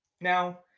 Now